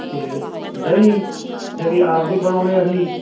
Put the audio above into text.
ਤੇ ਦਹੀ ਜਿਹੜੀ ਆਪਦੀ ਬਣਾਉਣੇ ਅਸੀਂ